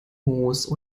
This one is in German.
moos